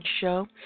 Show